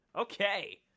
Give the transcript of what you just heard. Okay